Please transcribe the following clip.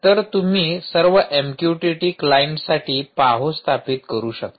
तर तुम्ही सर्व एमक्यूटीटी क्लाइंटसाठी पाहो स्थापित करू शकता